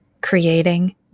creating